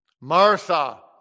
Martha